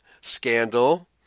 scandal